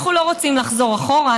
אנחנו לא רוצים לחזור אחורה,